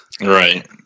Right